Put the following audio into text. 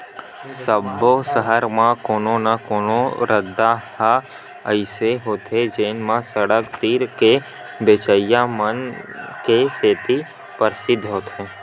सब्बो सहर म कोनो न कोनो रद्दा ह अइसे होथे जेन म सड़क तीर के बेचइया मन के सेती परसिद्ध होथे